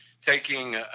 taking